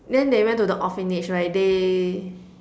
then they went to the orphanage right they